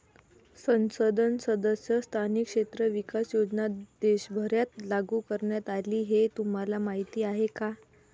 संसद सदस्य स्थानिक क्षेत्र विकास योजना देशभरात लागू करण्यात आली हे तुम्हाला माहीत आहे का?